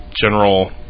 general